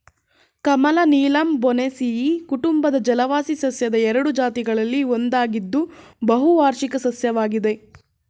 ಕಮಲ ನೀಲಂಬೊನೇಸಿಯಿ ಕುಟುಂಬದ ಜಲವಾಸಿ ಸಸ್ಯದ ಎರಡು ಜಾತಿಗಳಲ್ಲಿ ಒಂದಾಗಿದ್ದು ಬಹುವಾರ್ಷಿಕ ಸಸ್ಯವಾಗಿದೆ